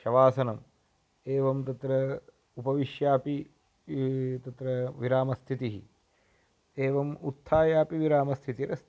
शवासनम् एवं तत्र उपविश्यापि तत्र विरामस्थितिः एवम् उत्थायापि विरामस्थितिरस्ति